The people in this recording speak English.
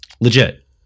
Legit